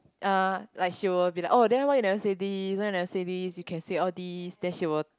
er like she will be like oh then why you never say this why you never say this you can say all this then she will